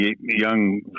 young